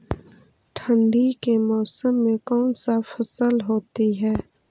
ठंडी के मौसम में कौन सा फसल होती है?